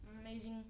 amazing